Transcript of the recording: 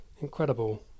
incredible